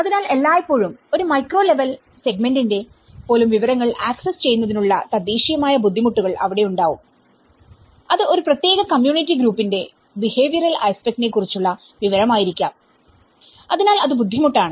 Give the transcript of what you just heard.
അതിനാൽ എല്ലായ്പ്പോഴും ഒരു മൈക്രോ ലെവൽ സെഗ്മെന്റിന്റെ പോലും വിവരങ്ങൾ ആക്സസ് ചെയ്യുന്നതിനുള്ള തദ്ദേശീയമായ ബുദ്ധിമുട്ടുകൾ അവിടെ ഉണ്ടാവും അത് ഒരു പ്രത്യേക കമ്മ്യൂണിറ്റി ഗ്രൂപ്പിന്റെ ബിഹേവിയറൽ ആസ്പെക്ട്നെ കുറിച്ചുള്ള വിവരമായിരിക്കാം അതിനാൽ അത് ബുദ്ധിമുട്ടാണ്